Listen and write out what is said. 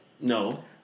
No